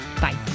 bye